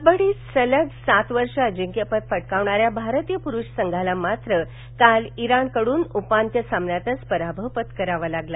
कबड्डवि सलग सात वर्ष अजिंक्यपद पटकावणाऱ्या भारतव्र पुरूष संघाला मात्र काल ईराणकडून उपान्त्यसामन्यातच पराभव पत्करावा लागला